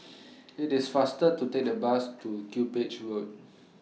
IT IS faster to Take The Bus to Cuppage Road